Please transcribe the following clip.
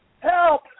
Help